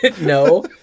No